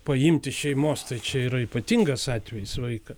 paimti iš šeimos tai čia yra ypatingas atvejis vaiką